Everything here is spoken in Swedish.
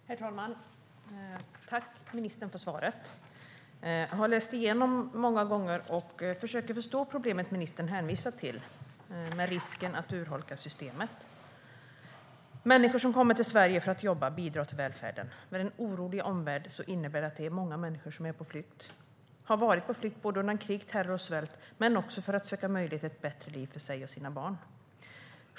Herr talman! Jag tackar ministern för svaret. Jag har läst igenom svaret många gånger och försöker förstå det problem som ministern hänvisar till - risken att urholka systemet. Människor som kommer till Sverige för att jobba bidrar till välfärden. Med en orolig omvärld innebär det att många människor är på flykt eller har varit på flykt undan krig, terror och svält. Många söker också möjligheter till ett bättre liv för sig och sina barn.